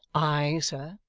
ay, sir,